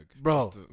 Bro